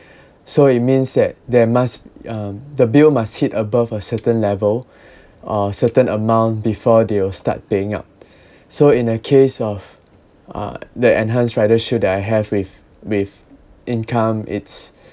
so it means that there must um the bill must hit above a certain level a certain amount before they will start paying up so in a case of uh the enhanced riders shield that I have with with income it's